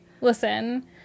Listen